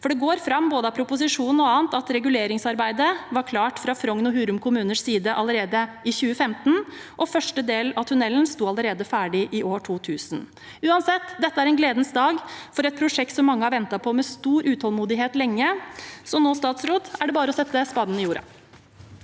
For det går fram både av proposisjonen og av annet at reguleringsarbeidet var klart fra Frogn og Hurum kommuners side allerede i 2015, og første del av tunnelen sto ferdig allerede i 2000. Uansett, dette er en gledens dag for et prosjekt som mange har ventet på med stor utålmodighet lenge, så nå er det for statsråden bare å sette spaden i jorden.